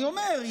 אני אומר,